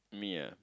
me ah